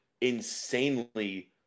insanely